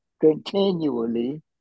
continually